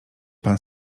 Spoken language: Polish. pan